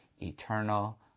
eternal